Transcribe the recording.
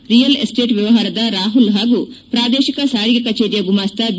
real estate ವ್ಯವಹಾರದ ರಾಹುಲ್ ಹಾಗೂ ಪ್ರಾದೇಶಕ ಸಾರಿಗೆ ಕಚೇರಿಯ ಗುಮಾಸ್ತ ಬಿ